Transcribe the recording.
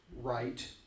right